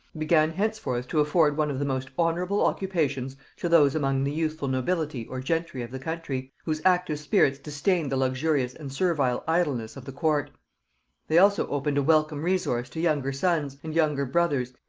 began henceforth to afford one of the most honorable occupations to those among the youthful nobility or gentry of the country, whose active spirits disdained the luxurious and servile idleness of the court they also opened a welcome resource to younger sons, and younger brothers,